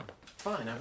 Fine